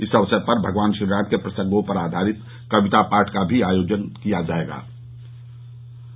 इस अवसर पर भगवान श्रीराम के प्रसंगों पर आधारित कविता पाठ भी आयोजित किये जायेंगे